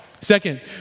Second